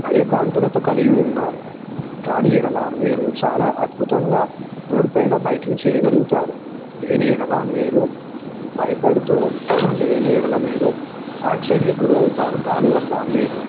భయభ్రాంతులతో కలిగి ఉండాలి దాని యెడల మీరు చాలా అద్భుతంగా రోడ్డుపైన బైకింగ్ చేయగలుగుతారు లేని యెడల మీరు భయపడుతూ లేని యెడల మీరు ఆక్సిడెంట్కి గురవుతారు దానివల్ల మీరు